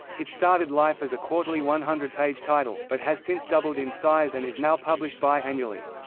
it started life as a quarterly one hundred page title, but has since doubled in size and is now published bi-annually.